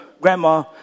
grandma